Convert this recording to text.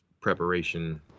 preparation